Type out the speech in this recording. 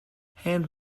hand